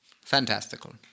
fantastical